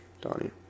Donnie